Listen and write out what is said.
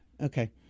Okay